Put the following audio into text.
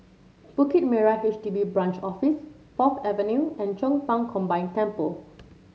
Bukit Merah H D B Branch Office Fourth Avenue and Chong Pang Combine Temple